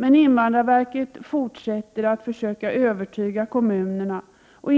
Men invandrarverket fortsätter att försöka övertyga kommunerna och